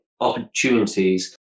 opportunities